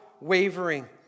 wavering